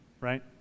right